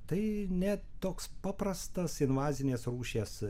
tai ne toks paprastas invazinės rūšies